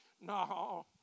no